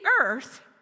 earth